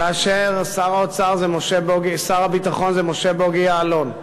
כאשר שר הביטחון הוא משה בוגי יעלון,